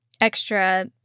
extra